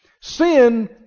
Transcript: Sin